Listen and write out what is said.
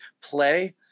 play